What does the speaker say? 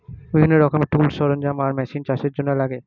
বিভিন্ন রকমের টুলস, সরঞ্জাম আর মেশিন চাষের জন্যে লাগে